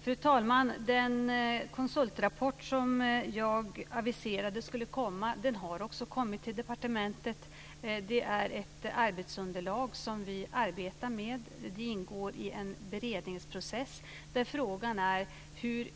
Fru talman! Den konsultrapport som jag aviserade skulle komma har också kommit till departementet. Den är ett arbetsunderlag som vi arbetar med. Den ingår i en beredningsprocess där frågan är hur